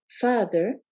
Father